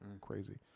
Crazy